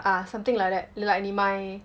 ah something like that like 你买